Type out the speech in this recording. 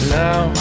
now